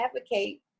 advocate